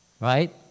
right